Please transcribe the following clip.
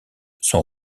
son